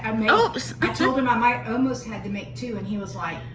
um you know i told him um i almost had to make two. and he was like,